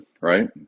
right